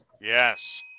yes